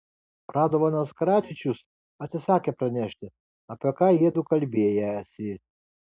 radovanas karadžičius atsisakė pranešti apie ką jiedu kalbėjęsi